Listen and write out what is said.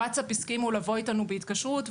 וואטסאפ הסכימו לבוא איתנו בהתקשרות.